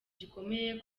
gikomeye